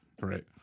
Right